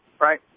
right